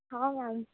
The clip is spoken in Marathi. हा मॅम